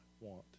want